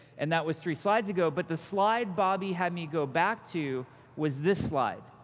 and that was three slides ago. but the slide bobby had me go back to was this slide.